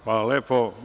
Hvala lepo.